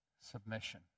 Submission